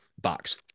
box